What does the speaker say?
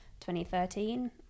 2013